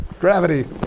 Gravity